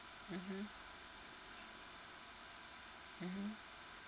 mmhmm